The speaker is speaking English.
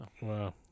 Wow